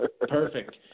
Perfect